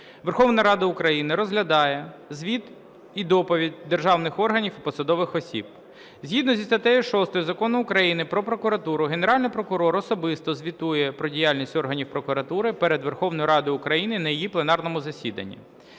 Верховна Рада України розглядає звіт і доповідь державних органів і посадових осіб. Згідно зі статтею 6 Закону України "Про прокуратуру" Генеральний прокурор особисто звітує про діяльність органів прокуратури перед Верховною Радою України на її пленарному засіданні.